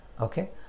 okay